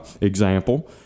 example